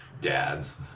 Dads